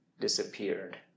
disappeared